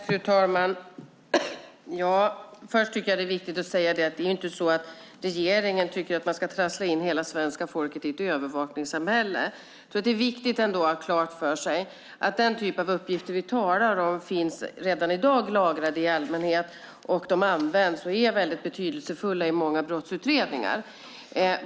Fru talman! Först tycker jag att det är viktigt att säga att regeringen inte tycker att man ska trassla in hela svenska folket i ett övervakningssamhälle. Det är ändå viktigt att ha klart för sig att den typ av uppgifter vi talar om i allmänhet finns lagrad redan i dag. Uppgifterna används och är väldigt betydelsefulla i många brottsutredningar.